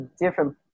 Different